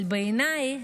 אבל בעיניי